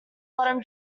bottom